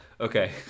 Okay